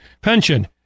pension